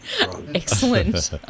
Excellent